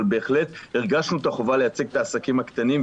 אבל בהחלט הרגשנו את החובה לייצג את העסקים הקטנים,